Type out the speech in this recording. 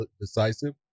decisive